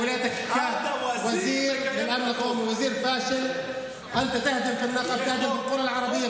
(בתפקידך כשר לביטחון לאומי אתה לא התביישת מהאזרחים הערבים.)